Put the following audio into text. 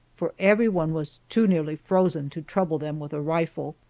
for everyone was too nearly frozen to trouble them with a rifle.